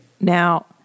Now